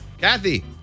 Kathy